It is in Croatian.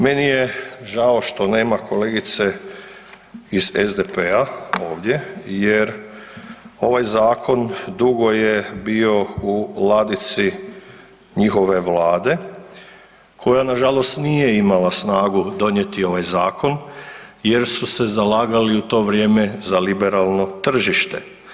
Meni je žao što nema kolegice iz SDP-a ovdje jer ovaj zakon dugo je bio u ladici njihove vlade koja nažalost nije imala snagu donijeti ovaj zakon jer su se zalagali u to vrijeme za liberalno tržište.